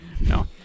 No